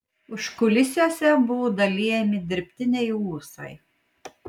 užkulisiuose buvo dalijami dirbtiniai ūsai